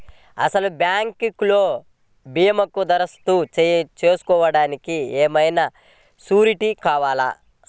అసలు బ్యాంక్లో భీమాకు దరఖాస్తు చేసుకోవడానికి ఏమయినా సూరీటీ కావాలా?